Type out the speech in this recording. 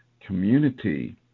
community